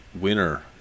winner